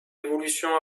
évolution